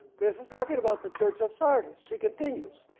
this is talking about the church of sardis, she continues.